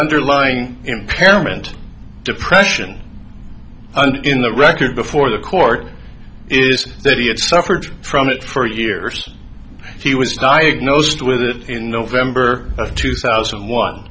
underlying impairment depression in the record before the court is that he had suffered from it for years he was diagnosed with it in november of two thousand